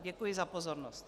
Děkuji za pozornost.